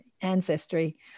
ancestry